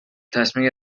تصمیم